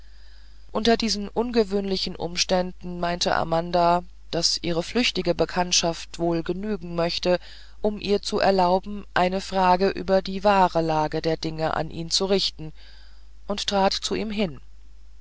unter diesen ungewöhnlichen umständen meinte amanda daß ihre flüchtige bekanntschaft wohl genügen möchte um ihr zu erlauben eine frage über die wahre lage der dinge an ihn zu richten und trat zu ihm hin